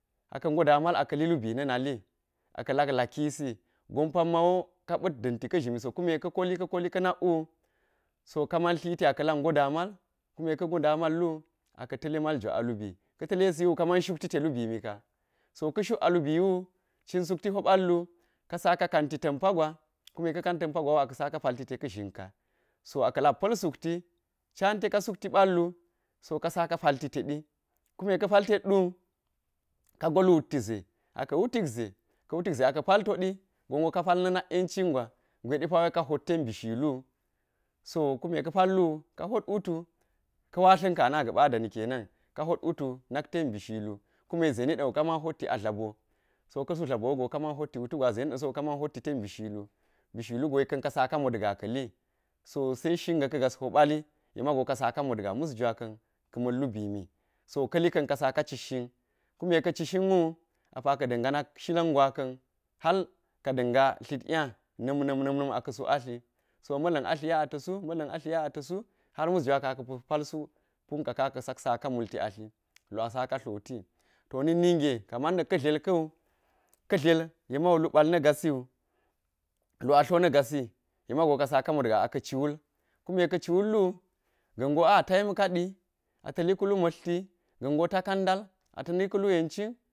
Aka̱ ngo damal aka̱ li lubi na̱ nali a ka̱ lak laki si gon pamma wo ka ɓa̱t da̱nti ka̱ zhimi so kuma ka̱ koli ka̱ koli ka̱ nakwu so ka man tliti a ka lak ngo da mal kume ka̱ ngo da mal wu aka̱ ta̱le mal jwa a lubi ka̱ ta̱le siwo ka man shuk te lubi mika so ka̱ shuk alubi wu cin sukti ho balwu ka saka kanti ta̱mpa gwa kume ka̱ kan ta̱mpagwawu ka man pal ti te ka̱ zhinka so aka̱ lak pa̱l sukti can teka sukti balwu so ka saka palti tedi kume ka pal tedɗu ka ngo lu wutti ze aka̱ wutik ze, ka̱ wutik ze a ka pal todi gon wo kapal na̱ nak yencin gwa gwe ɗepawe ko hot ten bi shiluwu. so kuma ka̱ pallu ka̱ pallu ka hot wutu ka watla̱n ka̱n ana ga̱ɓa a dani kenen ka hot wutu nan ten bishilu kume ze nida̱wi ka man hotti a dlabeo, so ka̱su dlaboo wugo ka man wotti wutu gwa a kuma ze ni de sogo ka man hotti ten bi shilu. Bishilugo yek ka̱n kasaka mot gaa ka̱li so se shinga̱ ka̱ gas. ho ɓali yek mago ka saka mot gen mus jwa ka̱an ka ma̱n lubimi so ka̱li ka̱n ka saka citshin kume ka̱ cishin wu apa ka̱ da̱nga nak shila̱n gwaka̱n hal ka̱ da̱nga tlindnya na̱m na̱m na̱m aka̱ su atli so milla̱n atlinya ata su ma̱lla̱n a tlinya ata̱su hal mus jwaka̱n aka̱ po pa̱l su punka ka aka sak saka multi atli lu asaka tloti to na̱k ninge kaman na̱kka̱ dlel ka̱awu, ka̱ dlel kaman lu bal na̱ gasiwu, lu a tlo naga si yek mago ka saka motgaa a ka ci wul kume ka ci wullu ga̱ngo a'a ta yemka ɗi ata̱li ka̱lu ma̱tlti ga̱n go ta kan ndal ata̱li ka̱ lu yencin.